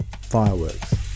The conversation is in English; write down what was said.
Fireworks